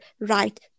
Right